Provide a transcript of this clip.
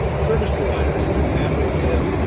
service providers. for example if